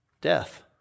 death